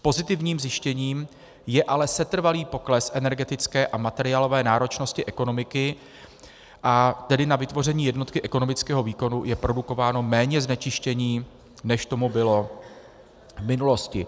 Pozitivním zjištěním je ale setrvalý pokles energetické a materiálové náročnosti ekonomiky, a tedy na vytvoření jednotky ekonomického výkonu je produkováno méně znečištění, než tomu bylo v minulosti.